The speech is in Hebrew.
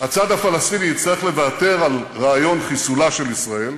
הצד הפלסטיני יצטרך לוותר על רעיון חיסולה של ישראל,